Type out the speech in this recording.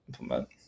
implement